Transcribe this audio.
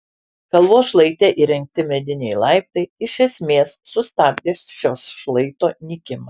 kalvos šlaite įrengti mediniai laiptai iš esmės sustabdė šio šlaito nykimą